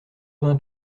vingts